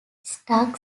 stark